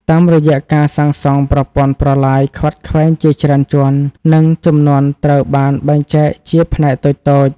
តាមរយៈការសាងសង់ប្រព័ន្ធប្រឡាយខ្វាត់ខ្វែងជាច្រើនជាន់ ទឹកជំនន់ត្រូវបានបែងចែកជាផ្នែកតូចៗ។